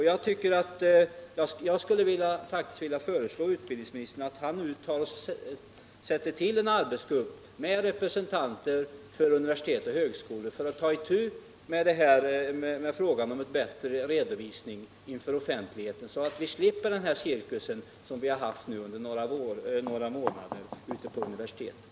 Jag skulle faktiskt vilja föreslå utbildningsministern att han nu tillsätter en arbetsgrupp med representanter för universitet och högskolor för att ta itu med frågan om en bättre redovisning inför offentligheten, så att vi slipper den cirkus som vi haft under några månader ute på universiteten.